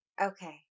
Okay